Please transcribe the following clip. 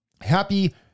happy